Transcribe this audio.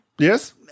Yes